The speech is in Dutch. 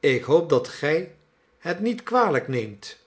ik hoop dat gij het niet kwalijk neemt